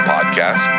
podcast